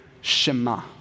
Shema